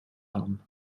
haben